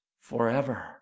forever